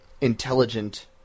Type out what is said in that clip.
intelligent